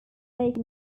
lake